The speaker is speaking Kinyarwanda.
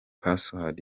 password